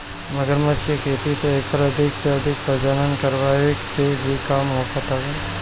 मगरमच्छ के खेती से एकर अधिका से अधिक प्रजनन करवाए के भी काम होखत हवे